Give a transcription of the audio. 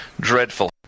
Dreadful